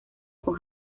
con